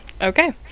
Okay